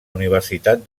universitat